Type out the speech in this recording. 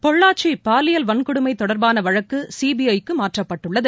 பொள்ளாச்சிபாலியல் வன்கொடுமைதொடர்பானவழக்குசிபிஐ க்குமாற்றப்பட்டுள்ளது